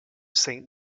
saint